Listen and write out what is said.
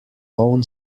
own